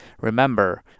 Remember